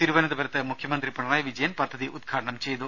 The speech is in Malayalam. തിരുവനന്തപുരത്ത് മുഖ്യമന്ത്രി പിണറായി വിജയൻ പദ്ധതി ഉദ്ഘാടനം ചെയ്തു